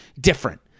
different